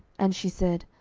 and she said,